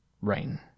Rain